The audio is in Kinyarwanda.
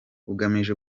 ugamije